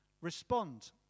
respond